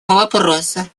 вопроса